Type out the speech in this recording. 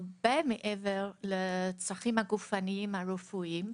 הרבה מעבר לצרכים הגופניים הרפואיים,